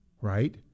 right